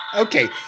Okay